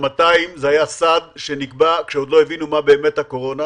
שהמספר 200 נקבע כשעוד לא הבינו מה זה באמת קורונה,